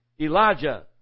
Elijah